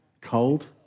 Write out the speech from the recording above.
Cold